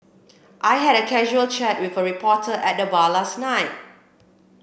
I had a casual chat with a reporter at the bar last night